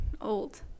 old